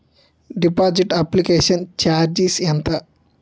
Deposit application charges ఎంత?